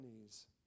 knees